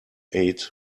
eight